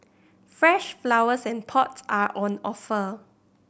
fresh flowers and pot are on offer